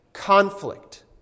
conflict